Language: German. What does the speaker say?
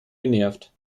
genervt